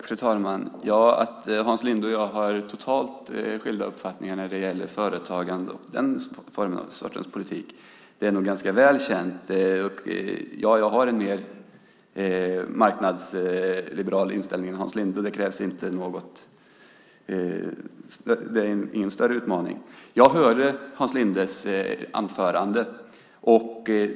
Fru talman! Att Hans Linde och jag har totalt skilda uppfattningar när det gäller företagande och den sortens politik är nog ganska väl känt. Ja, jag har en mer marknadsliberal inställning än Hans Linde. Att avgöra det är ingen större utmaning. Jag hörde Hans Lindes anförande.